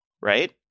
right